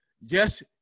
yes